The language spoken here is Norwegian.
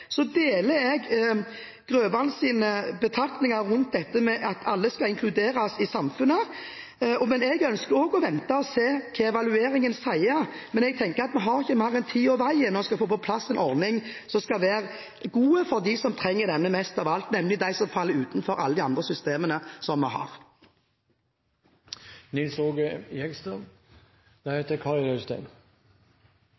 så «arbeiderpartisk» at «Alle skal med» skal bli en realitet. Jeg deler representanten Grøvans betraktninger rundt dette med at alle skal inkluderes i samfunnet. Jeg ønsker også å vente og se hva evalueringen sier, men jeg tenker at vi har ikke mer enn tid og vei for å få på plass en ordning som skal være god for dem som trenger denne mest av alt, nemlig de som faller utenfor alle de andre systemene vi har.